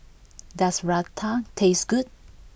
does Raita taste good